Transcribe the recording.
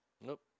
Nope